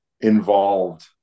involved